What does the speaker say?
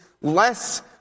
less